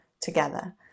together